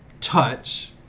Touch